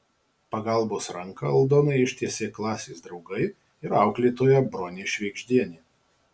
pagalbos ranką aldonai ištiesė klasės draugai ir auklėtoja bronė švėgždienė